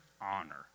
honor